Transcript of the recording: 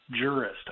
jurist